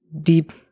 deep